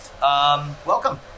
Welcome